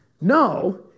No